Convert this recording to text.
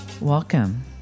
Welcome